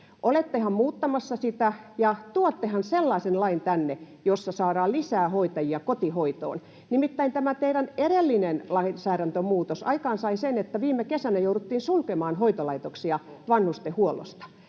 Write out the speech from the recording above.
Olettehan muuttamassa sitä, ja tuottehan tänne sellaisen lain, jolla saadaan lisää hoitajia kotihoitoon? Nimittäin tämä teidän edellinen lainsäädäntömuutoksenne aikaansai sen, että viime kesänä jouduttiin sulkemaan hoitolaitoksia vanhustenhuollosta.